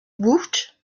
woot